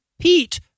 Pete